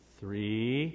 three